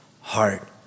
Heart